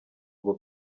ngo